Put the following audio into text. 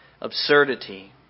absurdity